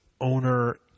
owner